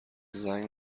زنگ